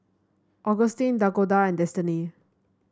Agustin Dakoda and Destini